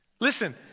Listen